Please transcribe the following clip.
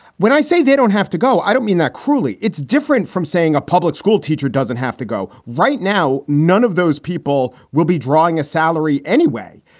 when i say they don't have to go. i don't mean that cruelly. it's different from saying a public school teacher doesn't have to go right now. none of those people will be drawing a salary anyway.